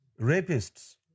rapists